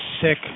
sick